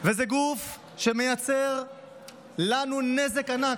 זה גוף שמייצר לנו נזק ענק,